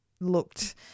looked